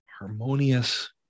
Harmonious